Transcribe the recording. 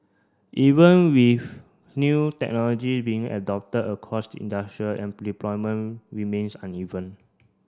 even with new technology being adopted across the industrial deployment remains uneven